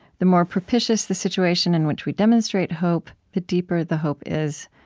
the more propitious the situation in which we demonstrate hope, the deeper the hope is.